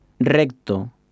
Recto